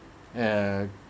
err